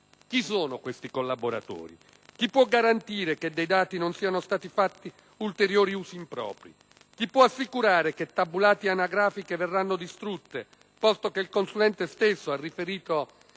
Chi sono questi collaboratori? Chi può garantire che dei dati non siano stati fatti ulteriori usi impropri? Chi può assicurare che tabulati e anagrafiche verranno distrutti, posto che il consulente stesso ha riferito